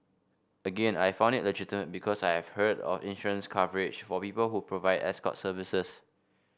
again I found it legitimate because I have heard of insurance coverage for people who provide escort services